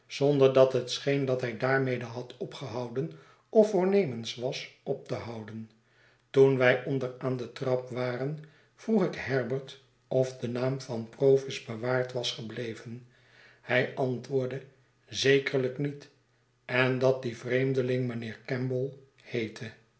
zonder dat het scheen dat hij daarmede had opgehouden of voornemens was op te houden toen wij onder aan de trap waren vroeg ik herbert of de naam van provis bewaard was gebleven tjij antwoordde zekerlijkniet en dat die vreemdeling mijnheer campbell heette